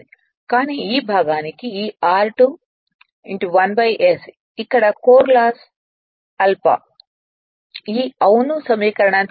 కానీ ఈ భాగానికి ఈ r2 '1 s ఇక్కడ కోర్ లాస్ ఆల్ఫా ను తీసివేయాలి